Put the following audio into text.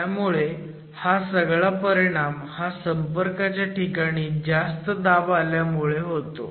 त्यामुळे हा सगळा परिणाम हा संपर्काच्या ठिकाणी जास्त दाब असल्यामुळे होतो